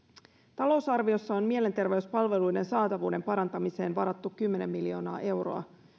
talousarviossa on mielenterveyspalveluiden saatavuuden parantamiseen varattu kymmenen miljoonaa euroa